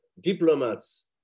diplomats